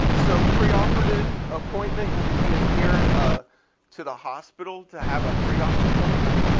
so pre-operative appointment, you'll be coming here ah to the hospital to have a pre-op appointment.